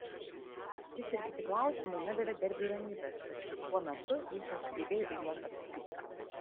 šis ir kiti klausimai nedavė derbiui ramybės tačiau tuo metu jis nesugebėjo į juos atsakyti